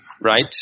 right